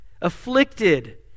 afflicted